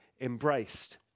embraced